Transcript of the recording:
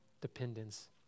dependence